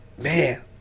man